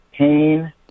pain